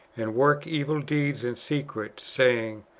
and work evil deeds in secret, saying,